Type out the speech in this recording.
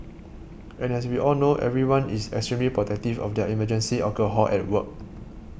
and as we all know everyone is extremely protective of their emergency alcohol at work